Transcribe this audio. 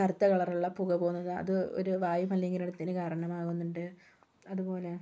കറുത്ത കളറുള്ള പുക പോകുന്നത് അത് ഒരു വായു മലിനീകരണത്തിന് കാരണമാകുന്നുണ്ട് അതുപോലെ